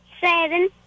Seven